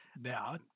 Now